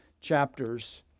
chapters